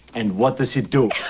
and what does he do?